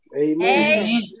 Amen